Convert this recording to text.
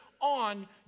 on